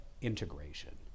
integration